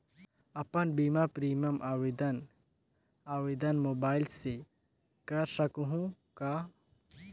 अपन बीमा प्रीमियम आवेदन आवेदन मोबाइल से कर सकहुं का?